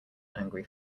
angry